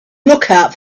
lookout